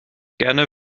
gerne